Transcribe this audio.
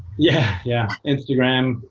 yeah, yeah, instagram.